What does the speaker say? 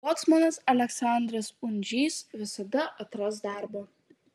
bocmanas aleksandras undžys visada atras darbo